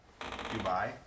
Dubai